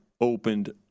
opened